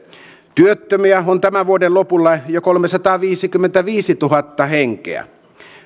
työttömiä on tämän vuoden lopulla jo kolmesataaviisikymmentäviisituhatta henkeä